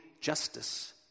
justice